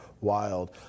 wild